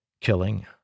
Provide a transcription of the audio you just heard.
Killing